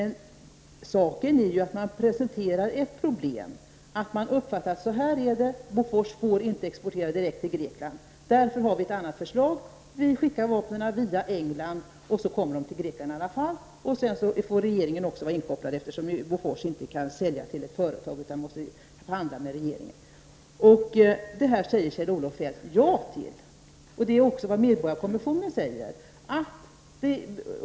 Saken är ju att man presenterar ett problem och säger att så här är det: Bofors får inte exportera direkt till Grekland. Därför har vi ett annat förslag: vi skickar vapnen via England så kommer de till Grekland i alla fall. Sedan måste regeringen också kopplas in eftersom Bofors inte kan sälja till ett företag utan måste förhandla med regeringen. Detta säger Kjell-Olof Feldt ja till. Det är också vad medborgarkommissionen säger.